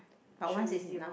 but once is enough